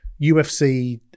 UFC